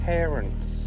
Parents